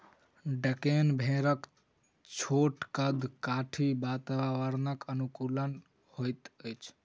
डेक्कन भेड़क छोट कद काठी वातावरणक अनुकूल होइत अछि